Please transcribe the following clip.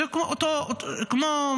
זה מתכתב עם